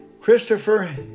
Christopher